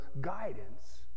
guidance